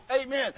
Amen